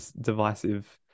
divisive